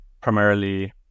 primarily